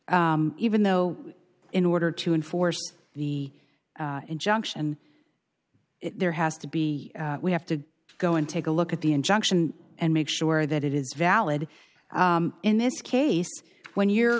even though in order to enforce the injunction and there has to be we have to go and take a look at the injunction and make sure that it is valid in this case when you're